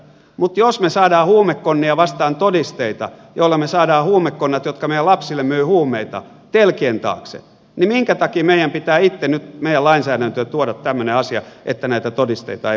mutta jos me saamme huumekonnia vastaan todisteita joilla me saamme huumekonnat jotka meidän lapsille myyvät huumeita telkien taakse niin minkä takia meidän pitää itse nyt meidän lainsäädäntöön tuoda tämmöinen asia että näitä todisteita ei voisi käyttää